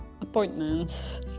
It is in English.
appointments